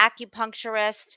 acupuncturist